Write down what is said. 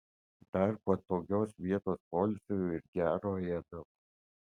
dar patogios vietos poilsiui ir gero ėdalo